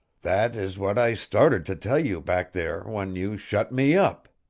that is what i started to tell you back there when you shut me up.